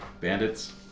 bandits